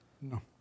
No